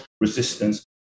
resistance